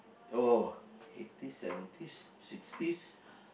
oh eight piece seven pieces six piece